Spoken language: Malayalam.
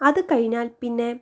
അതു കഴിഞ്ഞാൽ പിന്നെ